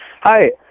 hi